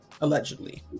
allegedly